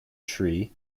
shri